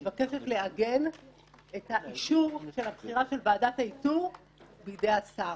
הצעת החוק מבקשת לעגן את האישור של הבחירה של ועדת האיתור בידי השר,